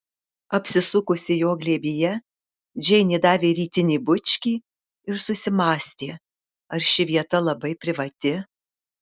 apsisukusi jo glėbyje džeinė davė rytinį bučkį ir susimąstė ar ši vieta labai privati